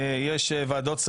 זה חוות דעת של מומחים.